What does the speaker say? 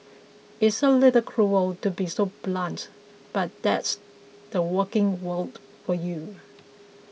it's a little cruel to be so blunt but that's the working world for you